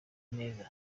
neza